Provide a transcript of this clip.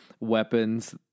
weapons